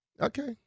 Okay